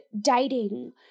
dating